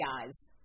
guys